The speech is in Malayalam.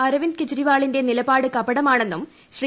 അരവിന്ദ് കെജ്രിവാളിന്റെ നിലപാട് കപടമാണെന്നും ശ്രീ